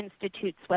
Institute's